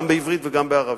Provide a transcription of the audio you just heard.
גם בעברית וגם בערבית,